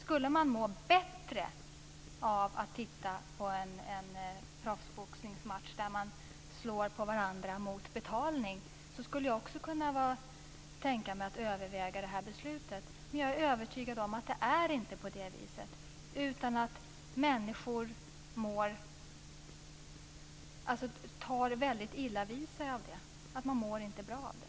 Skulle de må bättre av att titta på en proffsboxningsmatch där man slår på varandra mot betalning, skulle jag också kunna tänka mig att överväga detta beslut. Men jag är övertygad om att det inte är på det viset utan att människor tar väldigt illa vid sig av det. De mår inte bra av det.